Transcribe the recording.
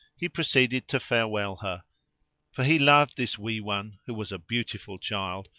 he proceeded to farewell her for he loved this wee one, who was a beautiful child,